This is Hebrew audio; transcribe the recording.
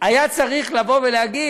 היה צריך להגיד,